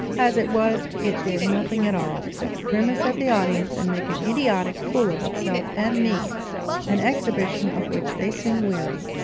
as it was, it did nothing at all, except grimace at the audience and make an idiotic fool of itself and me an exhibition of which they soon wearied.